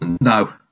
No